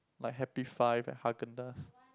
like Happy Five and Haagen-Dazs